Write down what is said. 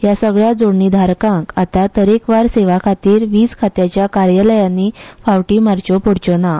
हया सगळ्या जोडणी धारकांक आता तरेकवार सेवां खातीर वीज खात्याच्या कार्यालयांनी फावटी मारच्यो पडच्यो ना